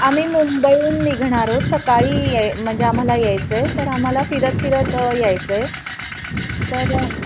आम्ही मुंबईहून निघणार आहोत सकाळी म्हणजे आम्हाला यायचं आहे तर आम्हाला फिरत फिरत यायचं आहे तर